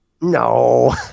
No